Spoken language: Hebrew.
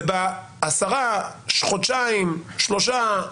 ובעשרה, חודשיים, שלושה,